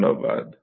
ধন্যবাদ